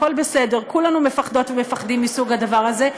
הכול בסדר, כולנו מפחדות ומפחדים מסוג הדבר הזה.